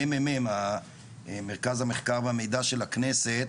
הממ"מ, מרכז המחקר והמידע של הכנסת,